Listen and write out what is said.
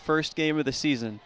first game of the season